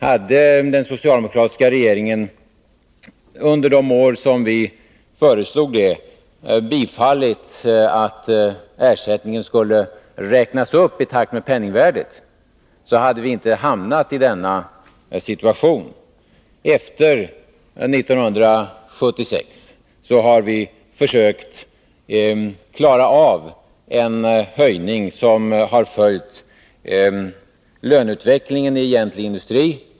Hade den socialdemokratiska regeringen under de år då vi föreslog det bifallit vårt förslag om en uppräkning av ersättningen i takt med penningvärdet, hade vi inte hamnat i den nuvarande situationen. Efter 1976 har vi försökt klara av en höjning, som följt löneutvecklingen i egentlig industri.